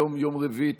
היום יום רביעי,